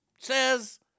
says